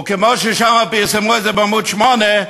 וכמו ששם פרסמו את זה בעמוד 8,